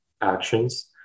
actions